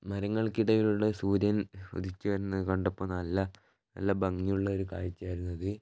മരങ്ങൾക്കിടയിലൂടെ സൂര്യൻ ഉദിച്ചുവരുന്നത് കണ്ടപ്പോൾ നല്ല നല്ല ഭംഗിയുള്ള ഒര് കാഴ്ചയായിരുന്നു അത്